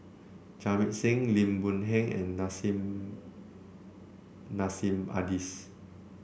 Jamit Singh Lim Boon Heng and Nissim Nassim Adis